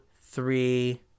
three